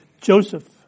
Joseph